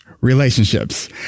relationships